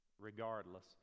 regardless